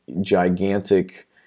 gigantic